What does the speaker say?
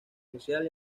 social